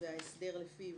או מוסד החינוך הקרוב ביותר,